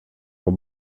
vår